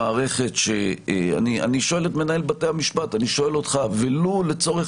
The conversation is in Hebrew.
אני שואל את מנהל בתי המשפט: ולו לצורך